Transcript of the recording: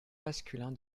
masculin